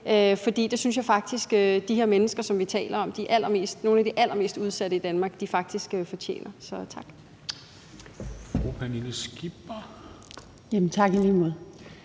for det synes jeg faktisk de her mennesker, som vi taler om, og som er nogle af de allermest udsatte i Danmark, fortjener. Så tak.